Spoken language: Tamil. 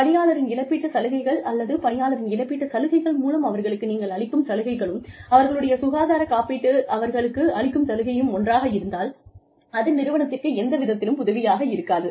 பணியாளரின் இழப்பீட்டு சலுகைகள் அல்லது பணியாளரின் இழப்பீட்டு சலுகைகள் மூலம் அவர்களுக்கு நீங்கள் அளிக்கும் சலுகைகளும் அவர்களுடைய சுகாதார காப்பீடு அவர்களுக்கு அளிக்கும் சலுகையும் ஒன்றாக இருந்தால் அது நிறுவனத்திற்கு எந்த விதத்திலும் உதவியாக இருக்காது